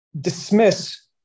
dismiss